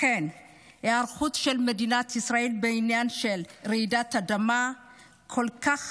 לכן היערכות של מדינת ישראל בעניין של רעידת אדמה כל כך חשובה.